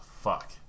fuck